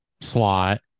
slot